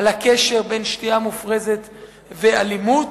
על הקשר בין שתייה מופרזת לאלימות.